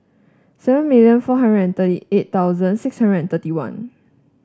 seven million four hundred and thirty eight thousand six hundred and thirty one